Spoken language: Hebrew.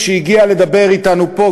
כשהיא הגיעה לדבר אתנו פה,